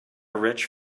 rich